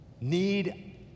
need